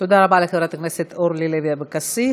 תודה רבה לחברת הכנסת אורלי לוי אבקסיס.